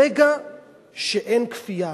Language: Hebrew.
ברגע שאין כפייה,